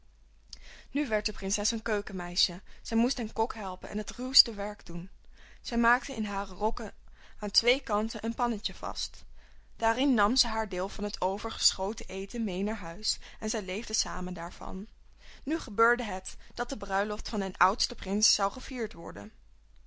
nu werd de prinses een keukenmeisje zij moest den kok helpen en het ruwste werk doen zij maakte in hare rokken aan twee kanten een pannetje vast daarin nam ze haar deel van het overgeschoten eten mee naar huis en zij leefden samen daarvan nu gebeurde het dat de bruiloft van den oudsten prins zou gevierd worden